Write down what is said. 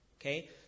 okay